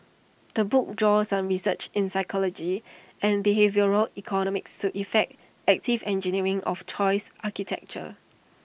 the book draws on research in psychology and behavioural economics to effect active engineering of choice architecture